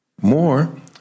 more